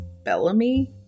Bellamy